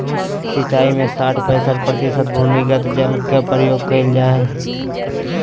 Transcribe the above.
सिंचाई में साठ पईंसठ प्रतिशत भूमिगत जल के प्रयोग कइल जाय हइ